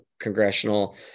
congressional